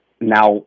now